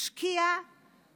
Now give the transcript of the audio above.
השקיעה